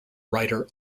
writer